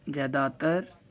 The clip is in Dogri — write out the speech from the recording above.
जैदातर राज्यें